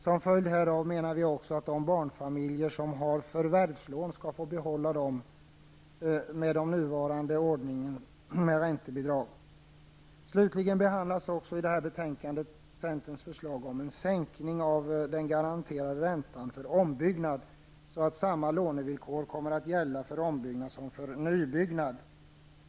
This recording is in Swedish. Som följd härav menar vi att de barnfamiljer som har förvärvslån skall få behålla dem med nuvarande ordning med räntebidrag. Slutligen behandlas också i detta betänkande centerns förslag om en sänkning av den garanterade räntan för ombyggnad så att samma lånevillkor kommer att gälla för ombyggnad som för nybyggnad.